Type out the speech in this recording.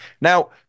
Now